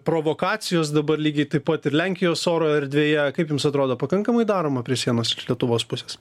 provokacijos dabar lygiai taip pat ir lenkijos oro erdvėje kaip jums atrodo pakankamai daroma prie sienos iš lietuvos pusės